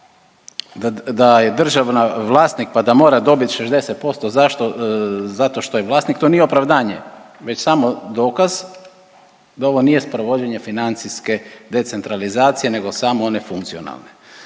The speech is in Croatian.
da je država vlasnik pa da mora dobit 60%, zašto, zato što je vlasnik, to nije opravdanje, već samo dokaz da ovo nije sprovođenje financijske decentralizacije nego samo one funkcionalne.